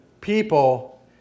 people